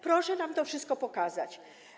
Proszę nam to wszystko pokazać.